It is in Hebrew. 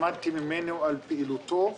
למדתי ממנו על פעילותו,